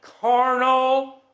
carnal